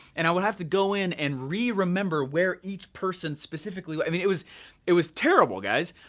and i would have to go in and re-remember where each person specifically, i mean, it was it was terrible guys,